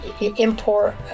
import